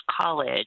college